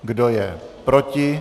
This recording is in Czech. Kdo je proti?